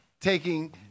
taking